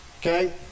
Okay